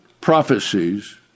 prophecies